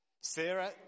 Sarah